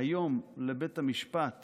היום לבית המשפט